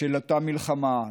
של אותה מלחמה,